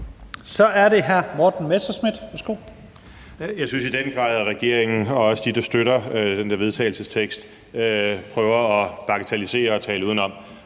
Så er det hr. Morten Messerschmidt.